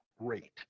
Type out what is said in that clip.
rate